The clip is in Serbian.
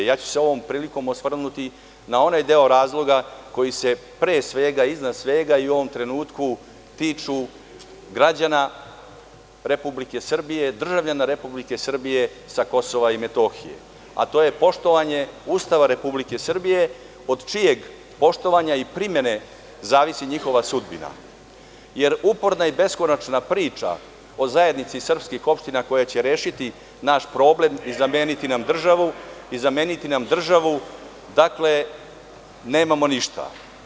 Ja ću se ovom prilikom osvrnuti na onaj deo razloga koji se, pre svega, iznad svega i u ovom trenutku tiču građana Republike Srbije, državljana Republike Srbije sa Kosova i Metohije, a to je poštovanje Ustava Republike Srbije, od čijeg poštovanja i primene zavisi njihova sudbina, jer uporna i beskonačna priča o zajednici srpskih opština koje će rešiti naš problem i zameniti nam državu, dakle, nemamo ništa.